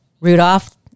Rudolph